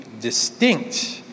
distinct